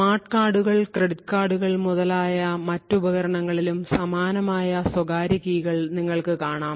smart കാർഡുകൾ credit കാർഡുകൾ മുതലായ മറ്റ് ഉപകരണങ്ങളിലും സമാനമായ സ്വകാര്യ കീകൾ നിങ്ങൾക് കാണാം